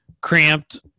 cramped